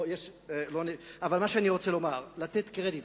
מה שאני רוצה לומר, לתת קרדיט.